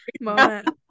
moment